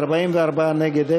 44 נגד,